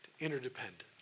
interdependent